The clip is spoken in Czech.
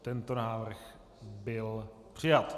Tento návrh byl přijat.